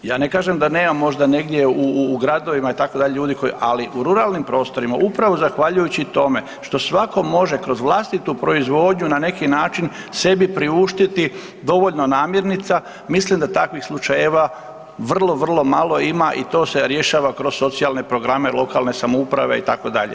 Ja ne kažem da nema možda negdje u gradovima itd. ljudi, ali u ruralnim prostorima, upravo zahvaljujući tome što svako može kroz vlastitu proizvodnju na neki način sebi priuštiti dovoljno namirnica, mislim da takvih slučajeva vrlo, vrlo malo ima i to se rješava kroz socijalne programe lokalne samouprave itd.